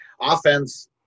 offense